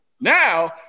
now